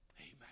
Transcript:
Amen